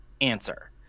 answer